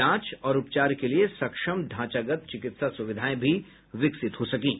जांच और उपचार के लिए सक्षम ढांचागत चिकित्सा सुविधाएं भी विकसित हो सकीं